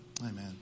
Amen